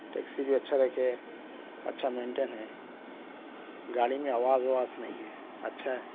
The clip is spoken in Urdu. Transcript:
ٹیکسی بھی اچھا رکھے ہیں اچھا مینٹین ہے گاڑی میں آواز وواز نہیں ہے اچھا ہے